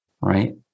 right